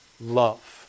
Love